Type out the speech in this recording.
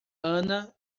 ana